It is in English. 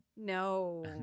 No